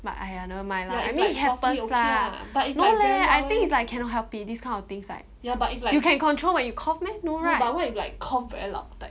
but !aiya! never mind lah I mean it happens lah no leh I think it's like cannot help it this kind of things like you can control when you cough meh no right